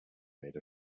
made